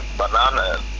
bananas